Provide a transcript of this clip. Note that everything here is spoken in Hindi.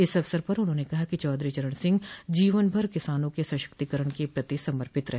इस अवसर पर उन्होंने कहा कि चौधरी चरण सिंह जीवन भर किसानों के सशक्तिकरण के प्रति समर्पित रहे